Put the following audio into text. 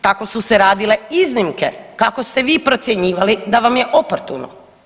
Tako su se radile iznimke kako ste vi procjenjivali da vam je oportuno.